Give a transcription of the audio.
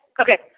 Okay